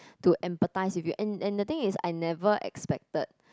to empathise with you and and the thing is I never expected